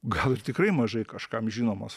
gal ir tikrai mažai kažkam žinomos